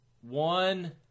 One